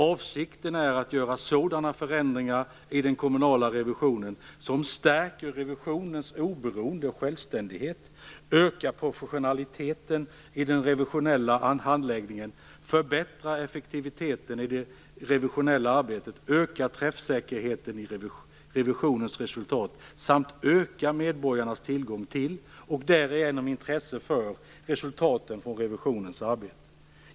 Avsikten är att göra sådana förändringar i den kommunala revisionen som stärker revisionens oberoende och självständighet, ökar professionaliteten i den revisionella handläggningen, förbättrar effektiviteten i det revisionella arbetet, ökar träffsäkerheten i revisionens resultat samt ökar medborgarnas tillgång till - och därigenom intresse för - resultaten från revisionens arbete.